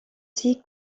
six